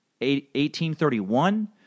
1831